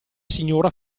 signora